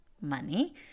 money